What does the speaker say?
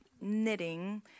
knitting